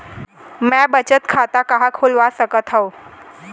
मै बचत खाता कहाँ खोलवा सकत हव?